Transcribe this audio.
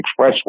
Expressway